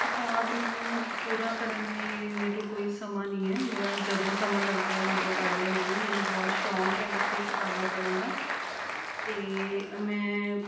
ਕਿਤਾਬ ਨੂੰ ਪੂਰਾ ਕਰਨ ਲਈ ਮੇਰੇ ਕੋਲ ਕੋਈ ਸਮਾਂ ਨਹੀਂ ਹੈ ਮੇਰਾ ਜਦੋਂ ਸਮਾਂ ਲੱਗਦਾ ਹੈ ਮੈਂ ਉਦੋਂ ਪੜ੍ਹ ਲੈਂਦੀ ਹਾਂ ਮੈਨੂੰ ਬਹੁਤ ਸ਼ੌਂਕ ਹੈ ਵੈਸੇ ਕਿਤਾਬਾਂ ਪੜ੍ਹਨ ਦਾ ਅਤੇ ਮੈਂ